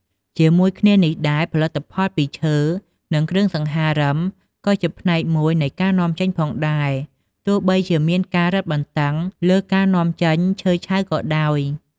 ជាមួយគ្នានេះ ផលិតផលពីឈើ និងគ្រឿងសង្ហារឹម ក៏ជាផ្នែកមួយនៃការនាំចេញផងដែរ ទោះបីជាមានការរឹតបន្តឹងលើការនាំចេញឈើឆៅក៏ដោយ។